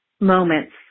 moments